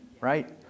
right